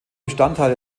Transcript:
bestandteil